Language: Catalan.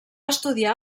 estudiar